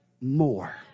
more